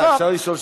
אפשר לשאול שאלה?